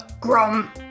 Grum